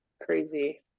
crazy